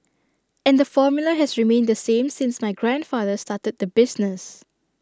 and the formula has remained the same since my grandfather started the business